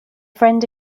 friend